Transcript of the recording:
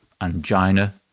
angina